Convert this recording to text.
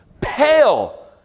pale